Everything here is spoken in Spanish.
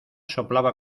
soplaba